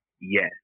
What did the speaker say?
Yes